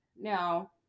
Now